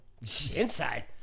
Inside